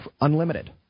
unlimited